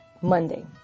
Monday